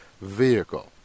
vehicle